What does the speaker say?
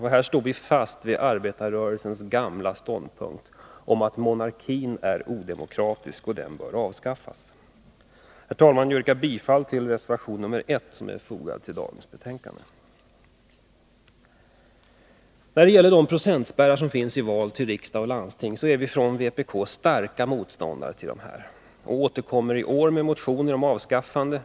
Här står vi fast vid arbetarrörelsens gamla ståndpunkt att monarkin är odemokratisk och bör avskaffas. Jag yrkar därför, herr talman, bifall till reservation 1 till detta betänkande. De procentspärrar som finns för val till riksdag och landsting är vi från vpk starka motståndare till. Vi återkommer i år med motioner om ett avskaffande.